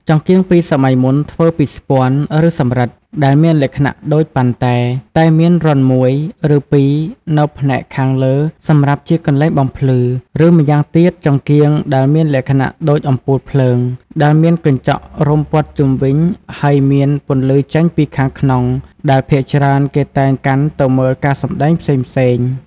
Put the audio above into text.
ចង្កៀងពីសម័យមុនធ្វើពីស្ពាន់ ឬសំរិទ្ធ ដែលមានលក្ខណៈដូចប៉ាន់តែ តែមានរន្ធមួយ ឬពីរនៅផ្នែកខាងលើសម្រាប់ជាកន្លែងបំភ្លឺ ឬម្យ៉ាងទៀតចង្កៀងដែលមានលក្ខណៈដូចអំពូលភ្លើងដែលមានកញ្ចក់រុំព័ទ្ធជុំវិញហើយមាន ពន្លឺចេញពីខាងក្នុងដែលភាគច្រើនគេតែងកាន់ទៅមើលការសម្តែងផ្សេងៗ។